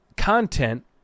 content